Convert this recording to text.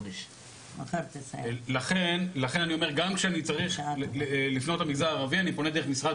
גם כשאני צריך לפנות למגזר הערבי אני פונה דרך משרד